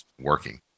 working